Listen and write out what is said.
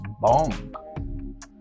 bong